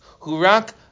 hurak